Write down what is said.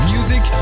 Music